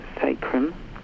sacrum